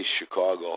Chicago